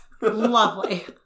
Lovely